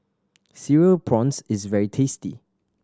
Cereal Prawns is very tasty